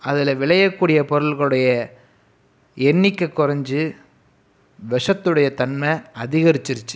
அதில் விளையக்கூடிய பொருட்களுடைய எண்ணிக்கை குறைஞ்சு விஷத்துடைய தன்மை அதிகரிச்சிடுச்சு